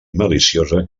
maliciosa